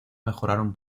mejoraron